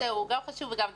הוא גם חשוב וגם דחוף,